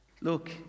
look